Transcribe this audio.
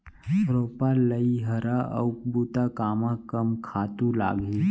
रोपा, लइहरा अऊ बुता कामा कम खातू लागही?